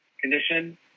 condition